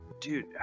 dude